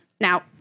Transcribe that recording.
Now